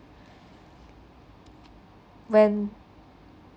when